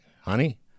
honey